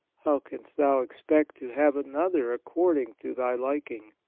how canst thou expect to have another according to thy liking?